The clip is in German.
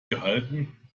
gehalten